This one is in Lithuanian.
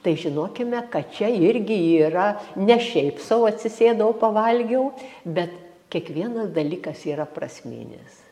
tai žinokime kad čia irgi yra ne šiaip sau atsisėdau pavalgiau bet kiekvienas dalykas yra prasminis